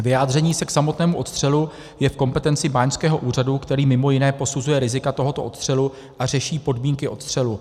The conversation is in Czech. Vyjádření se k samotnému odstřelu je v kompetenci báňského úřadu, který mj. posuzuje rizika tohoto odstřelu a řeší podmínky odstřelu.